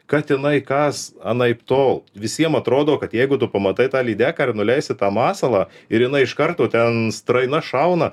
kad jinai kas anaiptol visiem atrodo kad jeigu tu pamatai tą lydeką ir nuleisi tą masalą ir jinai iš karto ten straina šauna